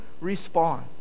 respond